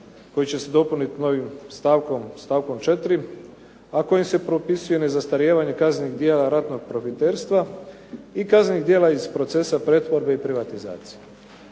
koji će se dopuniti novim stavkom, stavkom 4., a kojim se propisuje nezastarijevanje kaznenih djela ratnog profiterstva, i kaznenih djela iz procesa pretvorbe i privatizacije.